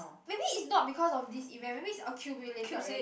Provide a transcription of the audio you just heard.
maybe is not because of this event maybe is accumulated already